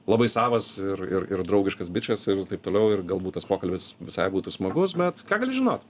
labai savas ir ir ir draugiškas bičas ir taip toliau ir galbūt tas pokalbis visai būtų smagus bet ką gali žinot